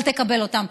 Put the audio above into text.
אבל תקבל אותם.